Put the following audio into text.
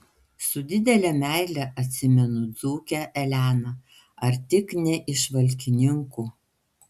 su didele meile atsimenu dzūkę eleną ar tik ne iš valkininkų